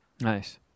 Nice